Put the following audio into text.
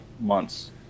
months